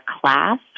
class